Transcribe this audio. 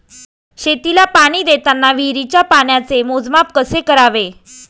शेतीला पाणी देताना विहिरीच्या पाण्याचे मोजमाप कसे करावे?